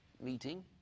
meeting